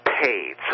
paid